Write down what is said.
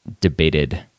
debated